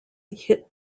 hit